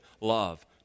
love